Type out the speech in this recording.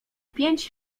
pięć